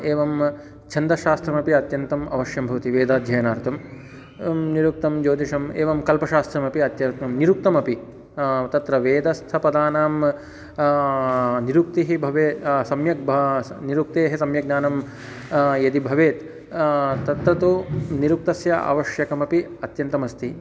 एवं छन्दश्शास्त्रमपि अत्यन्तम् अवश्यं भवति वेदाध्ययनार्थं निरुक्तं ज्योतिषम् एवं कल्पशास्त्रमपि अत्यन्तं निरुक्तमपि तत्र वेदस्थपदानां निरुक्तिः भवेत् सम्यक् भा निरुक्तेः सम्यक् ज्ञानं यदि भवेत् तत्र तु निरुक्तस्य आवश्यकमपि अत्यन्तमस्ति